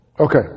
Okay